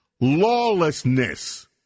lawlessness